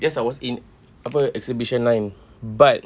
yes I was in apa exhibition line but